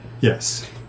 Yes